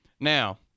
Now